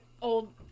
Old